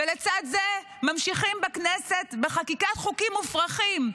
ולצד זה ממשיכים בכנסת בחקיקת חוקים מופרכים,